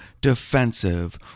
defensive